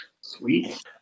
Sweet